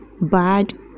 bad